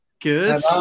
Good